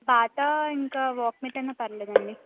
Bata ఇంకా Walkmate అయినా పర్లేదండి